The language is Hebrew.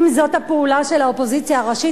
אם זאת הפעולה של האופוזיציה הראשית,